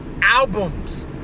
albums